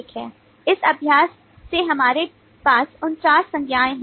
इस अभ्यास में हमारे पास 49 संज्ञाएं हैं